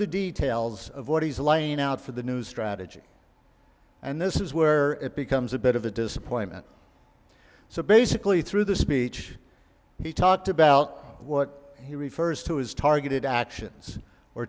the details of what he's laying out for the new strategy and this is where it becomes a bit of a disappointment so basically through the speech he talked about what he refers to as targeted actions or